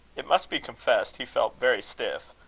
it must be confessed he felt very stiff,